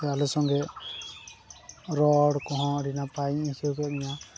ᱟᱞᱮ ᱥᱚᱸᱜᱮ ᱨᱚᱲ ᱠᱚᱦᱚᱸ ᱟᱹᱰᱤ ᱱᱟᱯᱟᱭᱤᱧ ᱟᱹᱭᱠᱟᱹᱣ ᱠᱮᱫ ᱢᱮᱭᱟ